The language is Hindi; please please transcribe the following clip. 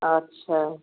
अच्छा